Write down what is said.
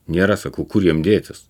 nėra sakau kur jiem dėtis